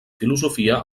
filosofia